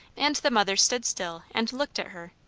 and the mother stood still and looked at her,